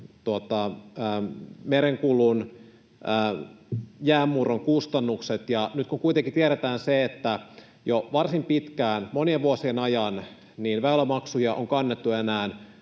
merenkulun jäänmurron kustannukset, ja nyt kun kuitenkin tiedetään, että jo varsin pitkään, monien vuosien ajan, väylämaksuja on kannettu enää